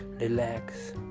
relax